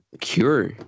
cure